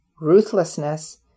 ruthlessness